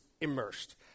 immersed